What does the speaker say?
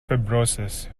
fibrosis